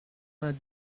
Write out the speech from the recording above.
vingt